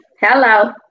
Hello